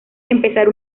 empezar